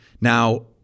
Now